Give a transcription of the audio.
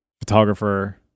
photographer